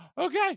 okay